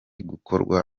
gukorwa